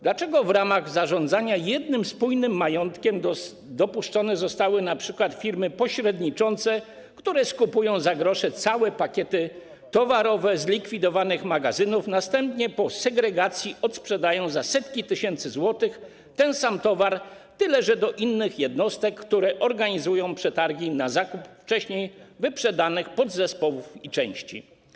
Dlaczego w ramach zarządzania jednym spójnym majątkiem dopuszczone zostały np. firmy pośredniczące, które skupują za grosze całe pakiety towarowe zlikwidowanych magazynów, następnie po segregacji odsprzedają za setki tysięcy złotych ten sam towar, tyle że do innych jednostek, które organizują przetargi na zakup wcześniej wyprzedanych podzespołów i części?